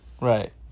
Right